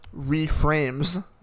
reframes